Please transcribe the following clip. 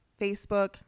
Facebook